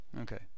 Okay